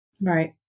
Right